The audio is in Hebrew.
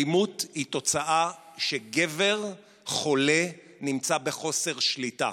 אלימות היא תוצאה שגבר חולה נמצא בחוסר שליטה.